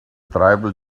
tribal